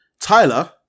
Tyler